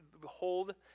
Behold